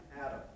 Adam